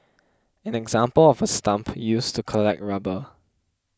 an example of a stump used to collect rubber